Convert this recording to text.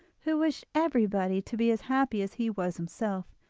who wished everybody to be as happy as he was himself,